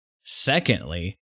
Secondly